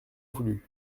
voulu